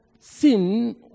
Sin